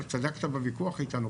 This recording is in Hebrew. צדקת בוויכוח איתנו,